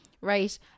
Right